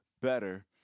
better